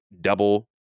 double